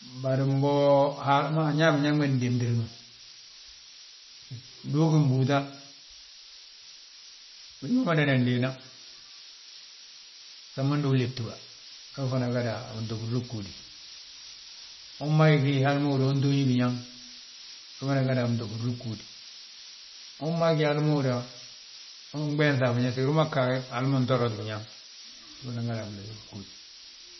Bari mbo Haala ma añaa biñaŋ ma mdemtir ma. Ndu ugí mbúuta, big ma madanan déena, samindi ulébti bà, we fana gada a gintogiri bgúudi. Unbagi gí hali ma húrin yaa untooñi biñaŋ, we fana gada a gintogirin bgúudi. Unba gga hal ma húri yaa, unɓenŧa a biñaŋ so umbigi hali ma ntoorat biñaŋ we fana gadu a gimegesin bgúudi.